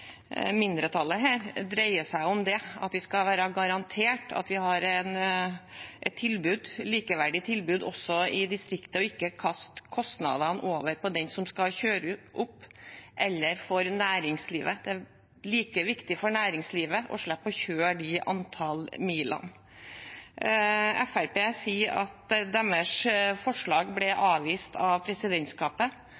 mindretallet dreier seg om det, at vi skal være garantert et likeverdig tilbud også i distriktet, og ikke kaste kostnadene over på den som skal kjøre opp, eller på næringslivet. Det er like viktig for næringslivet å slippe å kjøre disse antall milene. Fremskrittspartiet sier at deres forslag ble